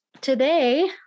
Today